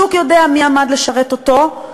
השוק יודע מי עמד לשרת אותו,